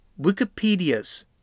Wikipedia's